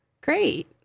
great